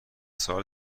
ساحل